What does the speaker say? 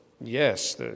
yes